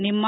నిమ్మ